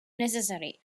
necessary